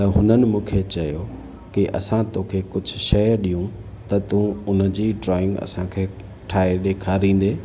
त हुननि मूंखे चयो की असां तोखे कुझु शइ ॾियूं त तूं उन जी ड्रॉइंग असांखे ठाहे ॾेखारींदे